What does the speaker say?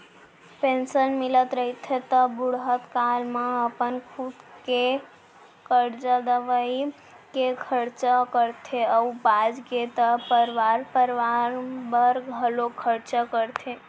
pension मिलत रहिथे त बुड़हत काल म अपन खुदे के खरचा, दवई के खरचा करथे अउ बाचगे त परवार परवार बर घलोक खरचा करथे